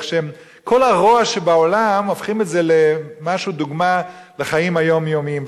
כל הרוע שבעולם נהפך לדוגמה לחיקוי לחיים היומיומיים.